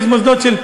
יש מוסדות של,